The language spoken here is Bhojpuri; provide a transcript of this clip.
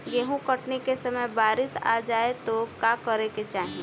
गेहुँ कटनी के समय बारीस आ जाए तो का करे के चाही?